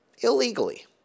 illegally